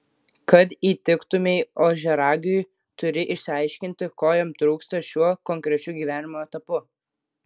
kad įtiktumei ožiaragiui turi išsiaiškinti ko jam trūksta šiuo konkrečiu gyvenimo etapu